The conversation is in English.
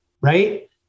Right